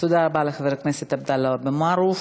תודה רבה לחבר הכנסת עבדאללה אבו מערוף.